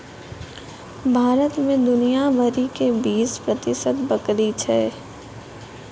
भारत मे दुनिया भरि के बीस प्रतिशत बकरी छै